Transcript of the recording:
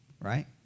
right